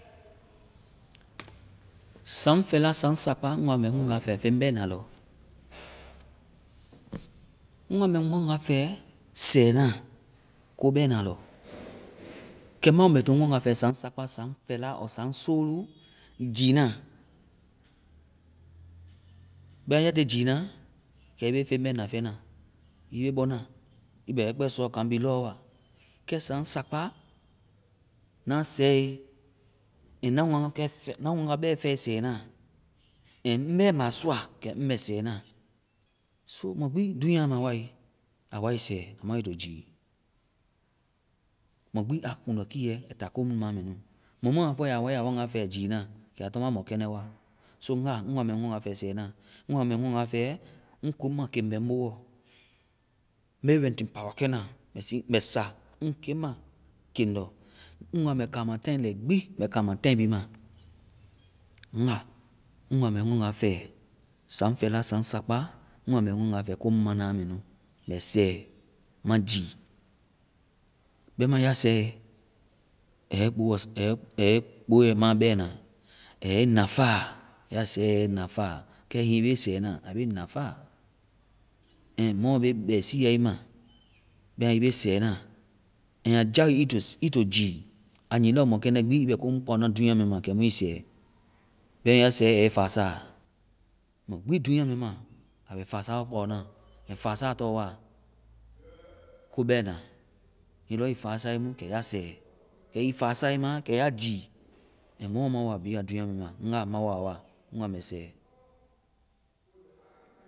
Saŋ fɛla, saŋ sakpa, ŋ wa mɛ ŋ nganga fɛ feŋ bɛna lɔ. ŋ wa mɛ ŋ nganga fɛ sɛna ko bɛna lɔ. Kɛ ma wo mɛ to ŋ waŋga fɛ saŋ sakpa, saŋ fɛla ɔɔ saŋ soolu gii na. Bɛma ya tiie gii na, kɛ ii be feŋ bɛna fɛna. Ii be bɔna, ii bɛ wɛ kpɛ suuɔ kaŋ bi lɔ wa. Kɛ saŋ sakpa na sɛe, hiŋi na ŋ waŋga bɛ fɛe sɛna, and ŋ bɛ mɛ a sɔa kɛ ŋ bɛ sɛna. So mɔ gbi dunya ma wae, a wai sɛ. Aa ma wo ai to gii. Mɔ gbi aa kuŋdɔkiiɛ ai ta komu ma, a mɛ nu. Mɔ mu a fɔe a wa a ya waŋga fɛ giina, kɛ aa tɔ ma mɔkɛndɛ wa. So ŋga, ŋ wa mɛ ŋ waŋga fɛ sɛna. Ŋ ŋ wa mɛ ŋ waŋga fɛ, ŋ kunma keŋ bɛ ŋ boɔ. Me renti pawa kɛna. Mɛ sii-mɛ sa ŋ keŋndɔ. Ŋ wa mɛ kaama táai lɛi gbi, mɛ kaama táai bhii ma. Ŋga, ŋ wa mɛ ŋ waŋga fɛ saŋ fɛla, saŋ sakpa. Ŋ wa mɛ ŋ waŋga fɛ komu mana aa mɛ nu. Mɛ sɛ. Ma gii. Bɛma ya sɛe, a yɛi kpoɔ, a yɛ ii kpoe ma bɛna. Aa yɛi nafaa. Ya sɛe a yɛi ii nafaa. Kɛ hiŋi ii be sɛna, a be ii nafaa. And mɔomɔ be bɛsiia ii ma. Bɛma ii be sɛna. And a jao ii to gii. A nyii lɔ mɔkɛndɛ gbi, ii bɛ ko mu kpaona dunya mɛ ma, kɛ mu ii sɛ. Bɛma ya sɛe, aa yɛ ii fasaa. Mɔ gbi dunya mɛ ma, aa bɛ fasaa wa kpaona. And fasaa tɔŋ wa-ko bɛna. Hiŋi lɔ ii fasae mu, kɛ ya sɛ. Kɛ ii fasae ma, kɛ ya gii. And mɔomɔ ma woa dunya mɛ ma. Ŋga, ma wo a wa. Ŋ wa mɛ sɛ.